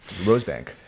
rosebank